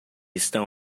estão